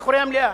מאחורי המליאה.